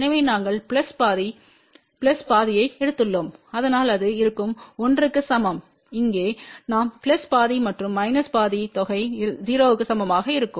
எனவே நாங்கள் பிளஸ் பாதி பிளஸ் பாதியை எடுத்துள்ளோம் அதனால் அது இருக்கும் 1 க்கு சமம் இங்கே நாம் பிளஸ் பாதி மற்றும் மைனஸ் பாதி தொகை 0 க்கு சமமாக இருக்கும்